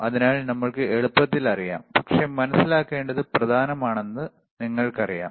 അതിനാൽ നമ്മൾക്ക് എളുപ്പത്തിൽ അറിയാം പക്ഷേ മനസിലാക്കേണ്ടത് പ്രധാനമാണെന്ന് നിങ്ങൾക്കറിയാം